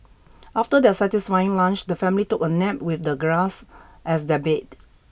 after their satisfying lunch the family took a nap with the grass as their bed